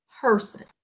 person